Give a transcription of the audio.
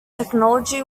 technology